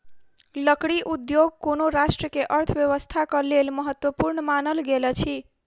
लकड़ी उद्योग कोनो राष्ट्र के अर्थव्यवस्थाक लेल महत्वपूर्ण मानल गेल अछि